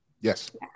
Yes